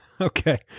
Okay